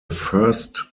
first